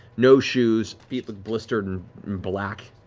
no shoes, feet look blistered and black.